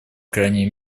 крайней